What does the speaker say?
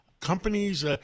Companies